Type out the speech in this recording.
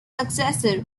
successor